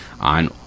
on